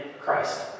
Christ